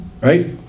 Right